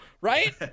right